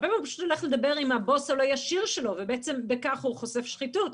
הרבה פעמים הוא פשוט הולך לבוס הישיר שלו ובעצם בכך הוא חושף שחיתות.